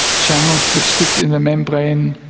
channels which sits in a membrane,